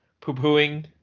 poo-pooing